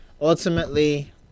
ultimately